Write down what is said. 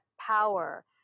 power